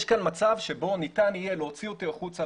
יש כאן מצב שבו ניתן יהיה להוציא אותי החוצה,